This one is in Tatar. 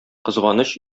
кызганыч